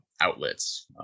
outlets